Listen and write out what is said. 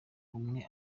umwe